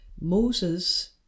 Moses